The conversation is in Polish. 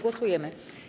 Głosujemy.